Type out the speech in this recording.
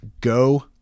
go